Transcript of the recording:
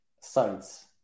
sites